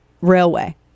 railway